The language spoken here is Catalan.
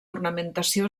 ornamentació